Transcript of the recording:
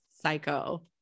psycho